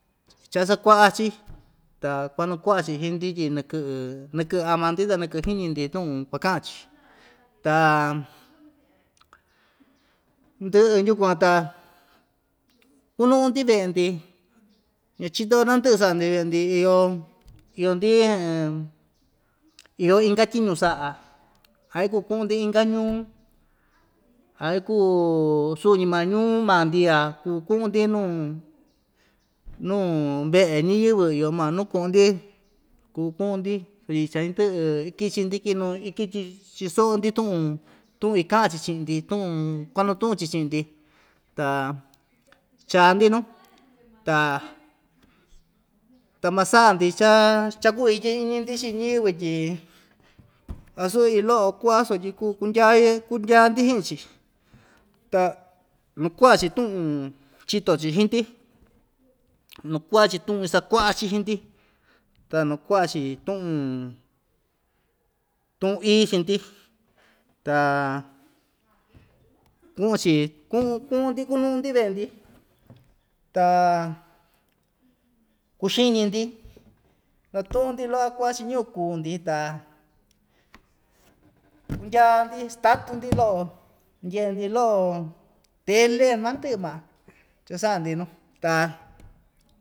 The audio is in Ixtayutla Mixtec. Chasakua'a‑chi ta kuanaku'va‑chi chii‑ndi tyi nakɨ'ɨ nakɨ'ɨ ama‑ndi ta nakɨ'ɨ xiñi‑ndi tu'un kuaka'an‑chi ta ndɨ'ɨ ndyukuan ta kunu'un‑ndi ve'e‑ndi ñachito‑yo nandɨ'ɨ sa'a‑ndi ve'e‑ndi iyo iyo‑ndi iyo inka tyiñu sa'a a ikuu ku'un‑ndi inka ñuu a ikuu suñi maa ñuu maa‑ndi ya kuu ku'un‑ndi nuu nuu ve'e ñiyɨvɨ iyo ma nu ku'un‑ndi kuu ku'un‑ndi sutyi cha indɨ'ɨ ikichi‑ndi chiso'o‑ndi tu'un tu'un ika'an‑chi chi'in‑ndi tu'un kuanatu'un‑chi chi'in‑ndi ta chaa‑ndi nuu ta masa'a‑ndi cha chakuityi iñi‑ndi chii ñɨvɨ tyi asu iin lo'o ku'a sutyi kuu kundyaye kundyaa‑ndi chi'in‑chi ta naku'a‑chi tu'un chito‑chi hii‑ndi nuku'va‑chi tu'un isakua'a‑chi hii‑ndi ta nuku'a‑chi tu'un tu'un ií chii‑ndi ta ku'un‑chi ku'un ku'un‑ndi kunu'un‑ndi ve'e‑ndi ta kuxiñi‑ndi natu'un‑ndi lo'o‑ka ku'a chii ñɨvɨ kuu‑ndi ta kundyaa‑ndi statu‑ndi lo'o ndye'e‑ndi lo'o tele nandɨ'ɨ ma cha‑sa'a‑ndi nu ta.